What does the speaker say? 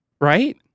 Right